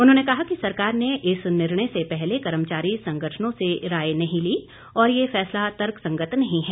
उन्होंने कहा कि सरकार ने इस निर्णय से पहले कर्मचारी संगठनों से राय नहीं ली और ये फैसला तर्क संगत नहीं है